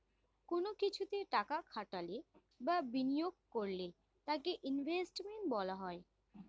কোন কিছুতে টাকা খাটালে বা বিনিয়োগ করলে তাকে ইনভেস্টমেন্ট বলা হয়